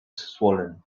swollen